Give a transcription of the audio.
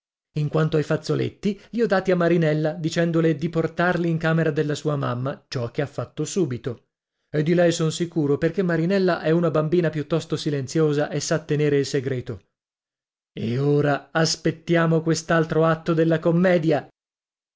in quanto ai fazzoletti li ho dati a marinella dicendole di portarli in camera della sua mamma ciò che ha fatto subito e di lei son sicuro perché marinella è una bambina piuttosto silenziosa e sa tenere il segreto e ora aspettiamo quest'altro atto della commedia